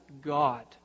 god